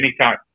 Anytime